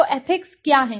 तो एथिक्स क्या हैं